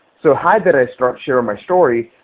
so how did i structure my story?